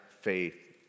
faith